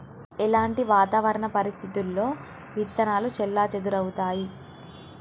ఎలాంటి వాతావరణ పరిస్థితుల్లో విత్తనాలు చెల్లాచెదరవుతయీ?